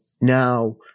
now